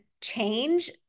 change